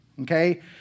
okay